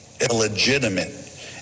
illegitimate